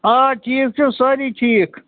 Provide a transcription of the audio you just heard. آ ٹھیٖک چھ سٲری ٹھیٖک